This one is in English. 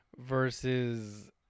versus